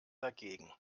dagegen